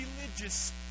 religious